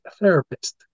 therapist